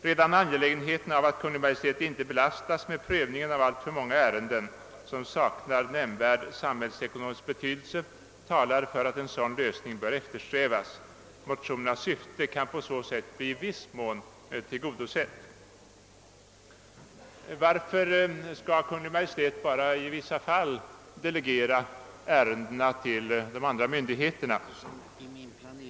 Redan angelägenheten av att Kungl. Maj:t inte belastas med prövningen av alltför många ärenden, som saknar nämnvärd samhällsekonomisk betydelse, talar för att en sådan lösning bör eftersträvas. Motionernas syfte kan på så sätt bli i viss mån tillgodosett.» Varför skall Kungl. Maj:t bara i vissa fall delegera ärendena till andra myndigheter?